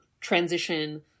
transition